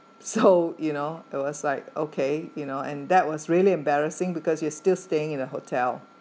so you know it was like okay you know and that was really embarrassing because you still staying in a hotel